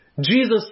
Jesus